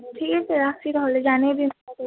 ঠিক আছে রাখছি তাহলে জানিয়ে দিন